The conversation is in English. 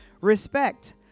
Respect